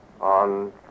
on